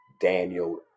Daniel